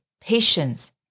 patience